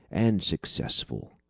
and successful,